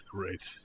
Great